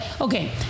okay